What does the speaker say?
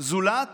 זולת